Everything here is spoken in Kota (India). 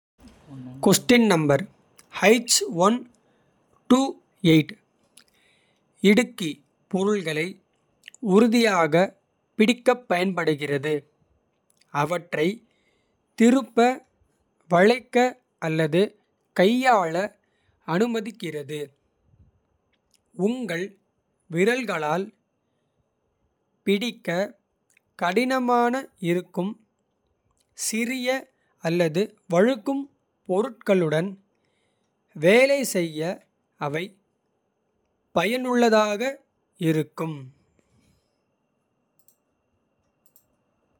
இடுக்கி பொருள்களை உறுதியாகப் பிடிக்கப் பயன்படுகிறது. அவற்றைத் திருப்ப வளைக்க அல்லது கையாள. அனுமதிக்கிறது உங்கள் விரல்களால் பிடிக்க கடினமாக. இருக்கும் சிறிய அல்லது வழுக்கும் பொருட்களுடன். வேலை செய்ய அவை பயனுள்ளதாக இருக்கும்.